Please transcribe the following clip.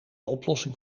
oplossing